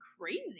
crazy